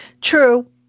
True